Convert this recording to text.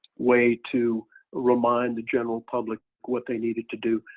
way to remind the general public what they needed to do.